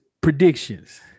predictions